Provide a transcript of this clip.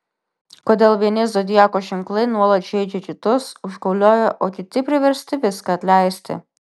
kodėl vieni zodiako ženklai nuolat žeidžia kitus užgaulioja o kiti priversti viską atleisti